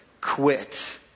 quit